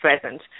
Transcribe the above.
present